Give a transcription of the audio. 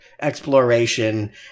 exploration